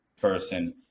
person